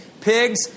Pigs